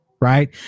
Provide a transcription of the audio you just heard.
right